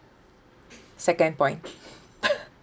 second point